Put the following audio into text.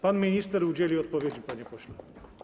Pan minister udzieli odpowiedzi, panie pośle.